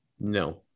No